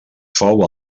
fou